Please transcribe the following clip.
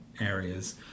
areas